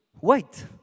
wait